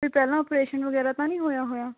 ਕੋਈ ਪਹਿਲਾਂ ਓਪਰੇਸ਼ਨ ਵਗੈਰਾ ਤਾਂ ਨਹੀਂ ਹੋਇਆ ਹੋਇਆ